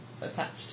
attached